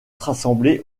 rassemblés